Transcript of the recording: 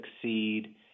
succeed